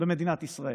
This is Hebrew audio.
במדינת ישראל,